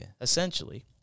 Essentially